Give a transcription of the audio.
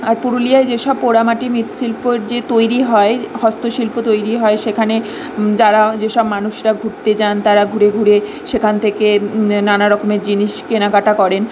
আর পুরুলিয়ায় যেসব পোড়ামাটি মৃৎশিল্প যে তৈরি হয় হস্তশিল্প তৈরি হয় সেখানে যারা যেসব মানুষরা ঘুরতে যান তারা ঘুরে ঘুরে সেখান থেকে নানা রকমের জিনিস কেনাকাটা করেন